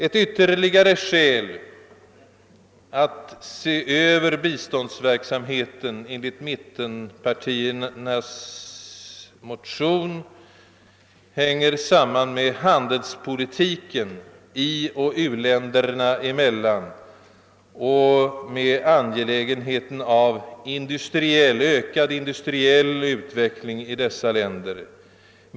Ett ytterligare skäl att se över biståndsverksamheten hänger enligt mittenpartiernas motion samman med handelspolitiken ioch u-länderna emellan och med angelägenheten av ökad industriell utveckling i dessa länder.